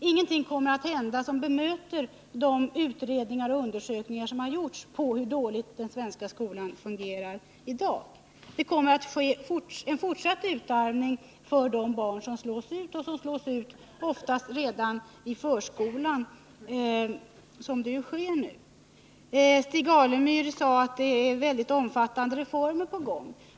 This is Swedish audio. Ingenting kommer att hända som bemöter de utredningar och undersökningar som har gjorts om hur dåligt den svenska skolan fungerar i dag. Det kommer att ske en fortsatt utarmning för de barn som slås ut, vilket nu oftast sker redan i förskolan. Stig Alemyr sade att det är mycket omfattande reformer på gång.